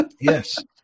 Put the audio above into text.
Yes